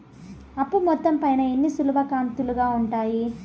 అప్పు మొత్తం పైన ఎన్ని సులభ కంతులుగా ఉంటాయి?